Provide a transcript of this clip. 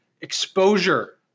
exposure